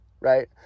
right